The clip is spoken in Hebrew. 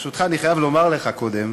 ברשותך, אני חייב לומר לך קודם